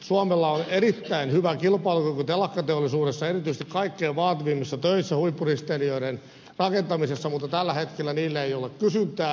suomella on erittäin hyvä kilpailukyky telakkateollisuudessa erityisesti kaikkein vaativimmissa töissä huippuristeilijöiden rakentamisessa mutta tällä hetkellä niillä ei ole kysyntää